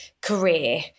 career